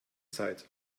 zeit